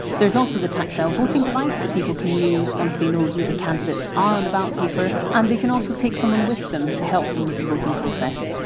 there's also the tactile voting device, that people can use once they know who the candidates are on the ballot paper and they can also take someone with them to help them with the voting process.